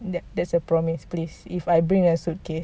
that that's a promise please if I bring a suitcase